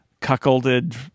cuckolded